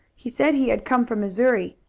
he said he had come from missouri.